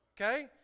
okay